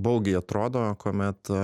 baugiai atrodo kuomet